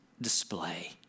display